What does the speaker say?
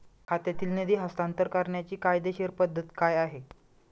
खात्यातील निधी हस्तांतर करण्याची कायदेशीर पद्धत काय आहे?